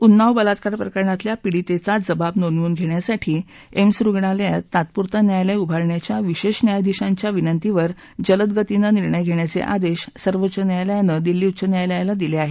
उन्नाव बलात्कार प्रकरणातल्या पीडितेचा जबाब नोंदवून घेण्यासाठी एम्स रुग्णालयात तात्पुरतं न्यायालय उभारण्याच्या विशेष न्यायाधीशांच्या विनंतीवर जलद गतीनं निर्णय घेण्याचे आदेश सर्वोच्च न्यायालयाने दिल्ली उच्च न्यायालयाला दिले आहेत